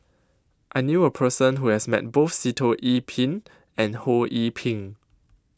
I knew A Person Who has Met Both Sitoh Yih Pin and Ho Yee Ping